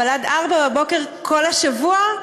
אבל עד 04:00 כל השבוע?